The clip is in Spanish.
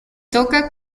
toca